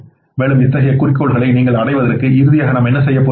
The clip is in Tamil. மேலும் இத்தகைய குறிக்கோள்களை நீங்கள் அடைவதற்கு இறுதியாக நாம் என்ன செய்யப் போகிறோம்